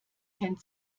kennt